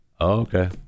okay